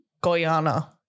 Guyana